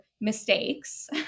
mistakes